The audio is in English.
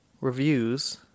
reviews